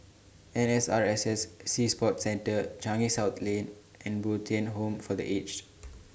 N S R S S Sea Sports Center Changi South Lane and Bo Tien Home For The Aged